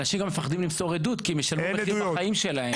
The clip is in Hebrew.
אנשים גם מפחדים למסור עדות כי הם ישלמו במחיר החיים שלהם.